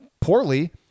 poorly